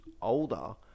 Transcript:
older